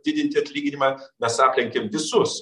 didinti atlyginimą mes aplenkėm visus